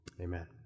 Amen